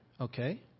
okay